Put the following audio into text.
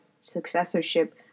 successorship